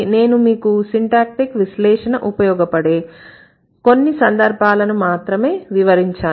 నేను మీకు సిన్టాక్టీక్ విశ్లేషణ ఉపయోగపడే కొన్ని సందర్భాలను మాత్రమే వివరించాను